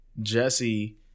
Jesse